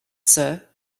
sir